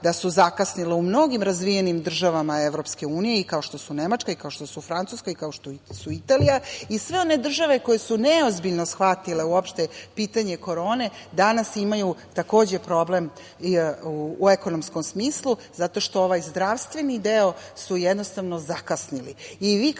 da su zakasnile u mnogim razvijenim državama EU, kao što su Nemačka, kao što su Francuska, kao što su Italija i sve one države koje su neozbiljno shvatile pitanje Korone, danas imaju problem u ekonomskom smislu, zato što ovaj zdravstveni deo, su jednostavno zakasnili. Vi